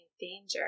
danger